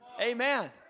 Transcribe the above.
Amen